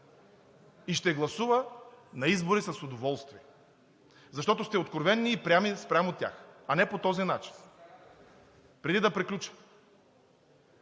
и ще гласува на избори с удоволствие. Защото сте откровени и прями спрямо тях, а не по този начин. Преди да приключа,